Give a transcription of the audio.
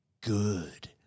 good